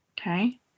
Okay